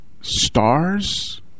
stars